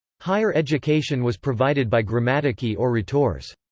higher education was provided by grammatici or rhetores.